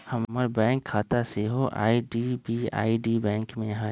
हमर बैंक खता सेहो आई.डी.बी.आई बैंक में हइ